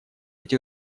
эти